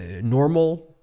normal